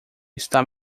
está